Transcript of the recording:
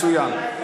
מצוין.